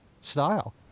style